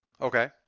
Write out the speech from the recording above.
okay